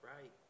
right